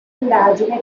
indagine